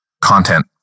content